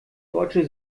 deutsche